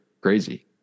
crazy